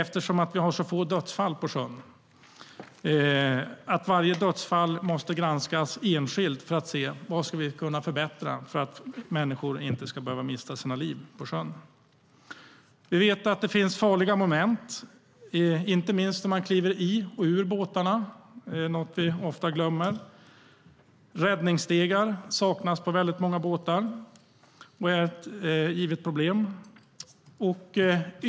Eftersom vi har så få dödsfall på sjön måste varje dödsfall granskas enskilt för att se vad vi ska kunna förbättra för att människor inte ska behöva mista sina liv på sjön. Det är något vi ofta glömmer. Räddningsstegar saknas på många båtar. Det är ett givet problem.